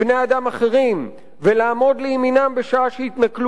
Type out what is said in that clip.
אחרים ולעמוד לימינם בשעה שהתנכלו להם,